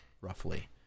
roughly